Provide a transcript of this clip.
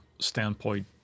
standpoint